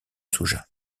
soja